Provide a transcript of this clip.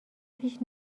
پیش